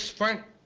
frank?